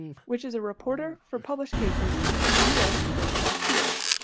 which is a reporter for published cases from the u s. courts of appeals.